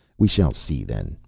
we shall see then.